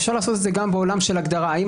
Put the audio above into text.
אפשר לעשות את זה גם בעולם של הגדרה: האם